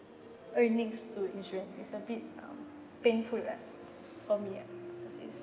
earnings to insurance is a bit um painful ah for me ah cause is